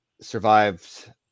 survived